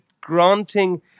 granting